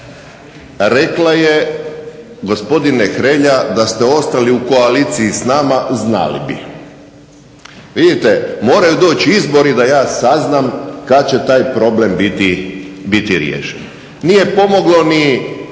Rekla je gospodine Hrelja da ste ostali u koaliciji s nama znali bi. Vidite moraju doći izbori da ja saznam kad će taj problem biti riješen. Nije pomoglo ni